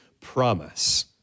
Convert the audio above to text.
promise